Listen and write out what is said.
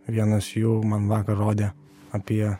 vienas jų man vakar rodė apie